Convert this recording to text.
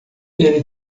ele